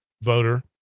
voter